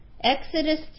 Exodus